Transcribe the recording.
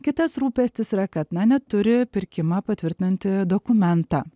kitas rūpestis yra kad na neturi pirkimą patvirtinantį dokumentą